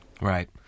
Right